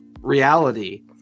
reality